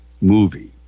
movie